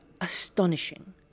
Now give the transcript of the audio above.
astonishing